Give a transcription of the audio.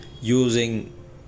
using